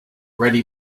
ready